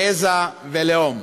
גזע ולאום?